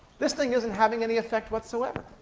this thing isn't having any effect, whatsoever.